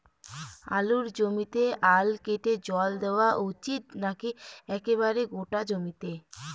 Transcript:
আলুর জমিতে আল কেটে জল দেওয়া উচিৎ নাকি একেবারে গোটা জমিতে?